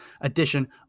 edition